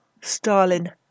Stalin